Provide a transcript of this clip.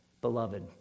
beloved